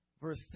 Verse